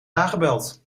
aangebeld